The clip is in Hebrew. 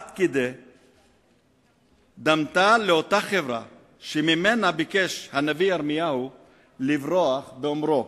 עד כי דמתה לאותה חברה שממנה ביקש הנביא ירמיהו לברוח באומרו: